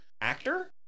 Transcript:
Actor